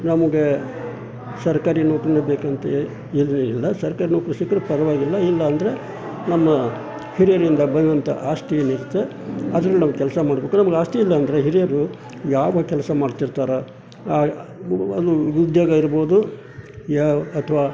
ನಮಗೆ ಸರ್ಕಾರಿ ನೌಕರೀನೇ ಬೇಕಂತ ಏನು ಇಲ್ಲ ಸರ್ಕಾರಿ ನೌಕರಿ ಸಿಕ್ಕರೆ ಪರವಾಗಿಲ್ಲ ಇಲ್ಲಾಂದರೆ ನಮ್ಮ ಹಿರಿಯರಿಂದ ಬಂದಂಥ ಆಸ್ತಿ ಏನಿರುತ್ತೆ ಅದರಲ್ಲಿ ನಾವು ಕೆಲಸ ಮಾಡ್ಬೇಕು ನಮ್ಗೆ ಆಸ್ತಿ ಇಲ್ಲಾಂದರೆ ಹಿರಿಯರು ಯಾವ ಕೆಲಸ ಮಾಡ್ತಿರ್ತಾರೆ ಆ ಉದ್ಯೋಗ ಇರ್ಬೋದು ಯಾವ ಅಥ್ವಾ